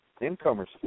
incomers